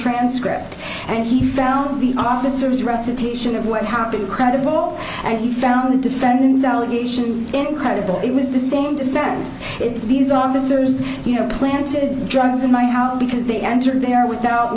transcript and he found the officers recitation of what happened credible and he found the defendant's allegations incredible it was the same defense it's these officers you know planted drugs in my house because they entered there without